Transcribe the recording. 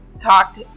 talked